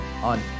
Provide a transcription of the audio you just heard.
on